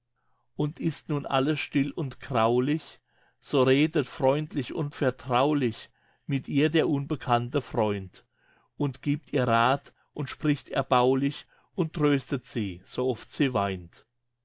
und ist nun alles still und graulich so redet freundlich und vertraulich mit ihr der unbekannte freund und gibt ihr rath und spricht erbaulich und tröstet sie so oft sie weint